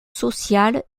sociales